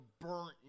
burnt